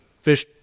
fish